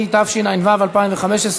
התשע"ו 2015,